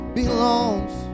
belongs